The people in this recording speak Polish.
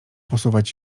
posuwać